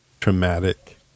traumatic